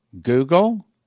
Google